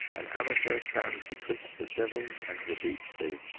an amateur stands betwixt the devil and the deep sea.